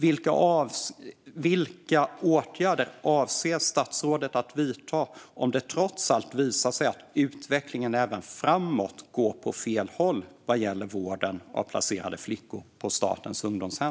Vilka åtgärder avser statsrådet att vidta om det trots allt visar sig att utvecklingen även framåt går åt fel håll vad gäller vården av placerade flickor på statens ungdomshem?